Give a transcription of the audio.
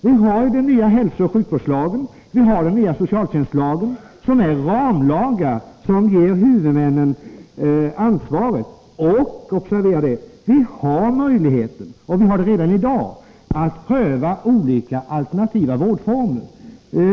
Vi har den nya hälsooch sjukvårdslagen och den nya socialtjänstlagen, som är ramlagar och som ger huvudmännen ansvaret. Vi har vidare, observera det, möjligheter redan i dag att pröva olika alternativa vårdformer.